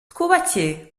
twubake